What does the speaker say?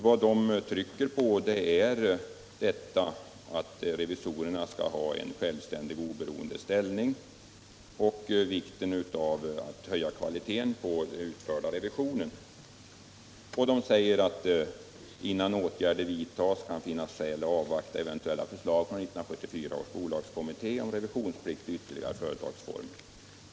Vad kommerskollegium trycker på är att revisorerna skall ha en självständig och oberoende ställning och att det är viktigt att kvaliteten höjs på den utförda revisionen. Och kommerskollegium säger att innan åtgärder vidtas kan det finnas skäl att avvakta eventuella förslag från 1974 års bolagskommitté om revisionsplikt i ytterligare företagsformer.